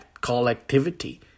collectivity